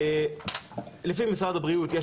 לפי משרד הבריאות,